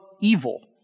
evil